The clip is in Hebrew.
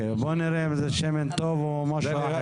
ונעשו מאמצים רבים גם מצד ההנהלה וגם מצד ועד